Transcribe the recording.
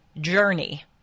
journey